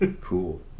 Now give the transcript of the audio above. Cool